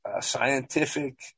scientific